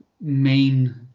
main